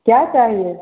क्या चाहिए